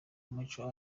martial